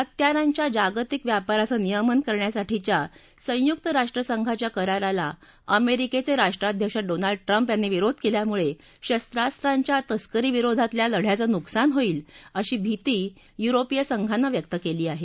हत्यारांच्या जागतिक व्यापाराचं नियमन करण्यासाठीच्या संयुक्त राष्ट्रसंघाच्या कराराला अमेरिकेचे राष्ट्राध्यक्ष डोनाल्ड ट्रम्प यांनी विरोध केल्यामुळे शस्त्रांच्या तस्करीविरोधातल्या लढ्याचं नुकसान होईल अशी भिती युरोपीय संघानं व्यक्त केली आहे